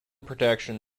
protection